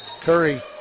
Curry